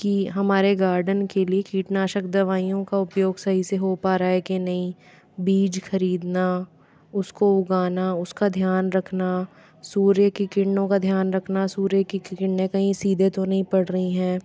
कि हमारे गार्डन के लिए कीटनाशक दवाइयों का उपयोग सही से हो पा रहा है कि नहीं बीज खरीदना उसको उगाना उसका ध्यान रखना सूर्य की किरणों का ध्यान रखना सूर्य की किरणें कहीं सीधे तो नहीं पड़ रही हैं